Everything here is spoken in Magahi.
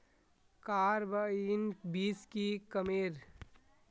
कार्बाइन बीस की कमेर?